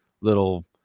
little